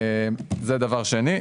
זה דבר שני.